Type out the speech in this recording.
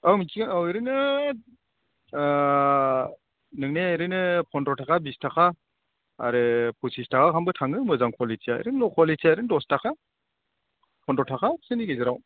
मिथिगोन ओरैनो नोंनो ओरैनो फन्द्र' थाखा बिस थाखा आरो फसिस थाखा गाहामबो थाङो मोजां कुवालिटिया ओरैनो ल' कुवालिटिया ओरैनो दसथाखा फन्द्र' थाखा बेसोरनि गेजेराव